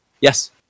Yes